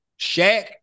Shaq